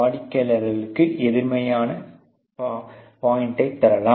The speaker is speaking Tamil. வாடிக்கையாளருக்கு எதிர்மறையான பாயின்டை தரலாம்